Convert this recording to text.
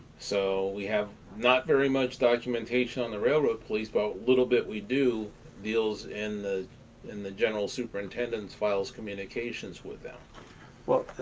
so, we have not very much documentation on the railroad police, but what little bit we do deals in the in the general superintendent's files, communications with them chuck well,